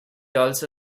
also